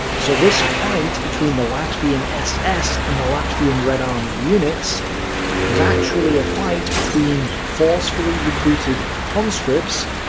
so this fight between the latvian ss and the latvian red army units was actually a fight between forcefully recruited conscripts,